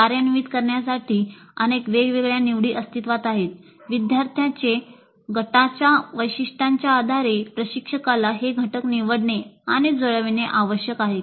कार्यान्वित करण्यासाठी अनेक वेगवेगळ्या निवडी अस्तित्त्वात आहेत विद्यार्थ्यांचे गटांच्या वैशिष्ट्यांच्या आधारे प्रशिक्षकाला हे घटक निवडणे आणि जुळविणे आवश्यक आहे